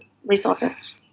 Resources